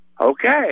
Okay